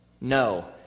No